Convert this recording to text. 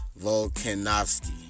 Volkanovsky